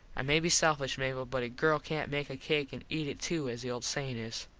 i may be selfish, mable, but a girl cant make a cake an eat it too as the old sayin is.